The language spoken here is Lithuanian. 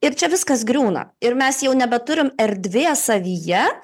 ir čia viskas griūna ir mes jau nebeturim erdvės savyje